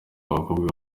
abakobwa